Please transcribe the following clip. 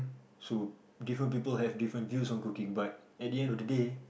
so different people have different views of cooking but at the end of the day